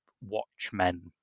Watchmen